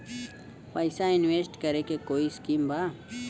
पैसा इंवेस्ट करे के कोई स्कीम बा?